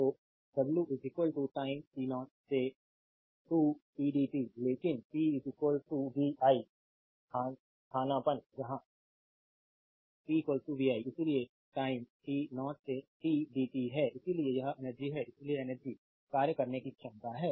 तो w time t 0 से 2 pdt लेकिन p vi स्थानापन्न यहाँ p vi इसलिए टाइम t0 से t dt है इसलिए यह एनर्जी है इसलिए एनर्जी कार्य करने की क्षमता है